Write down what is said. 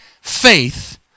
faith